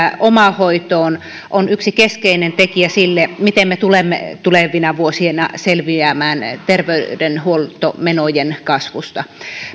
omahoitoon on yksi keskeinen tekijä siinä miten me tulemme tulevina vuosina selviämään terveydenhuoltomenojen kasvusta